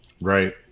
right